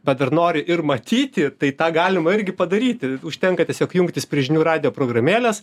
bet dar nori ir matyti tai tą galima irgi padaryti užtenka tiesiog jungtis prie žinių radijo programėlės